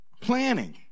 planning